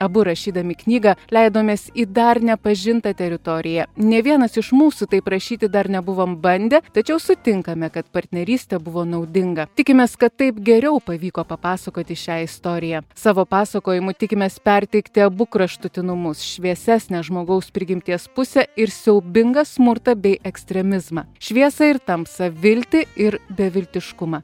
abu rašydami knygą leidomės į dar nepažintą teritoriją nė vienas iš mūsų taip rašyti dar nebuvom bandę tačiau sutinkame kad partnerystė buvo naudinga tikimės kad taip geriau pavyko papasakoti šią istoriją savo pasakojimu tikimės perteikti abu kraštutinumus šviesesnę žmogaus prigimties pusę ir siaubingą smurtą bei ekstremizmą šviesą ir tamsą viltį ir beviltiškumą